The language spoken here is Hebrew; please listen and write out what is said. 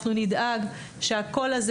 אנחנו נדאג לכך שהקול הזה